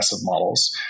models